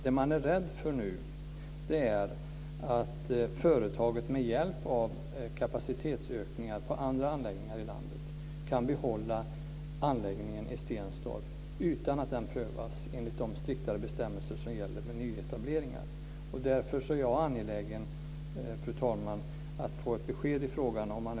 Det man är rädd för nu är att företaget med hjälp av kapacitetsökningar på andra anläggningar i landet kan behålla anläggningen i Stenstorp utan att den prövas enligt de striktare bestämmelser som gäller vid nyetableringar. Därför är jag angelägen att få ett besked i frågan, fru talman.